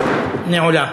על-ידי סגן השר.